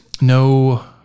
no